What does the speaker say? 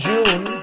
June